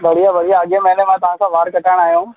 बढ़िया बढ़िया अॻे महीने मां तव्हां सां वार कटाइण आयो हुअमि